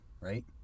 right